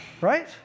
Right